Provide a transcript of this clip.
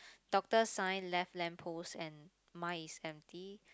doctor sign left lamp post and mine is empty